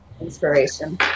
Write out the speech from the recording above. inspiration